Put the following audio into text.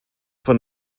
von